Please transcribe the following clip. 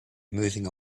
moving